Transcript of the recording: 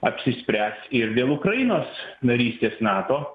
apsispręs ir dėl ukrainos narystės nato